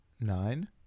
nine